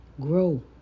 Grow